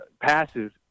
passes